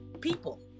people